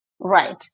Right